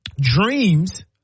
dreams